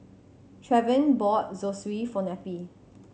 Trevin bought Zosui for Neppie